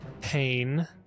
pain